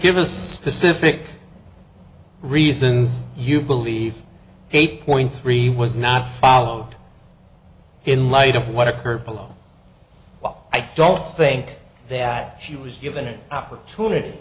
give us specific reasons you believe eight point three was not followed in light of what occurred below i don't think that she was given an opportunity